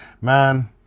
man